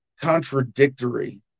contradictory